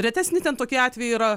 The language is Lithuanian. retesni ten tokie atvejai yra